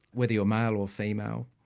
whether you're male or female,